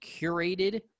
curated